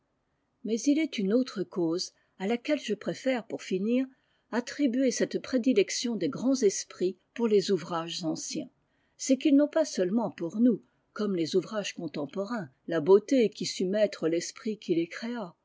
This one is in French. mais il est une autre cause à laquelle je préfère pour finir attribuer cette prédilection des grands esprits pour les ouvrages anciens i c'est qu'ils n'ont pas seulement pour nous comme les ouvrages contemporains la beauté qu'y sut mettre l'esprit qui les créa